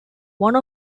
one